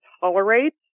tolerate